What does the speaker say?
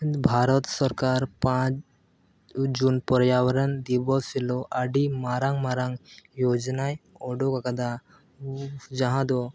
ᱵᱷᱟᱨᱚᱛ ᱥᱚᱨᱠᱟᱨ ᱯᱟᱸᱪ ᱩᱡᱩᱱ ᱯᱚᱨᱭᱟᱵᱚᱨᱚᱱ ᱫᱤᱵᱚᱥ ᱦᱤᱞᱳᱜ ᱟᱹᱰᱤ ᱢᱟᱨᱟᱝ ᱢᱟᱨᱟᱝ ᱡᱳᱡᱚᱱᱟᱭ ᱚᱰᱩᱠ ᱟᱠᱟᱫᱟ ᱡᱟᱦᱟᱸ ᱫᱚ